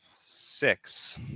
Six